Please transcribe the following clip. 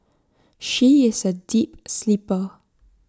she is A deep sleeper